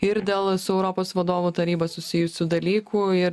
ir dėl su europos vadovų taryba susijusių dalykų ir